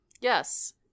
Yes